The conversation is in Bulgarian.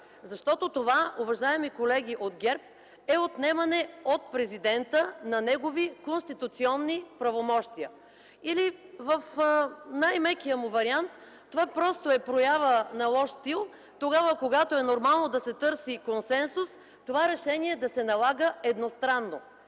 Защото това, уважаеми колеги от ГЕРБ, е отнемане от президента на негови конституционни правомощия. Или в най-мекия му вариант, това просто е проява на лош стил – тогава, когато е нормално да се търси консенсус, това решение да се налага едностранно,